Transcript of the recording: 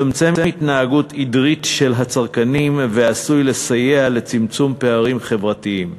מצמצם התנהגות עדרית של הצרכנים ועשוי לסייע לצמצום פערים חברתיים.